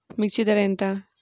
మిర్చి ధర ఎంత?